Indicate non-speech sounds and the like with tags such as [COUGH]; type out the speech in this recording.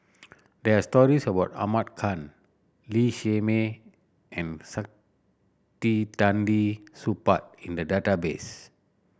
there are stories about Ahmad Khan Lee Shermay and [UNINTELLIGIBLE] Supaat in the database